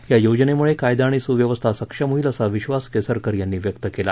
या योजनेमुळे कायदा आणि सुव्यवस्था सक्षम होईल असा विबास केसरकर यांनी व्यक्त केला